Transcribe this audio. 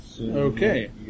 Okay